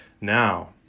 now